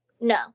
No